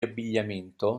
abbigliamento